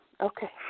Okay